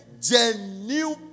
genuine